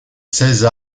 seize